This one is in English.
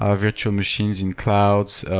ah virtual machines in clouds,